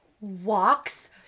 walks